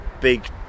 big